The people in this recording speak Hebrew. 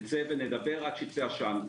נשב עד שייצא עשן.